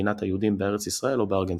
מדינת היהודים בארץ ישראל או בארגנטינה.